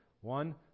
one